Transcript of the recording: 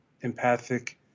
empathic